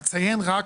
אציין רק